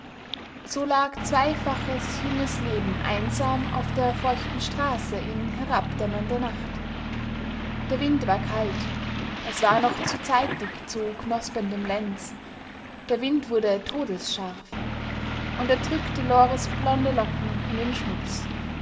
so lag zweifaches junges leben einsam auf der feuchten straße in herabdämmernder nacht der wind wurde kalt es war noch zu zeitig zu knospendem lenz der wind wurde todesscharf und er drückte lores blonde locken in den schmutz